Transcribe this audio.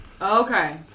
Okay